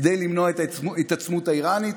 כדי למנוע את ההתעצמות האיראנית.